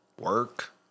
work